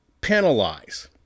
penalize